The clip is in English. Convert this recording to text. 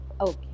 Okay